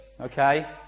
Okay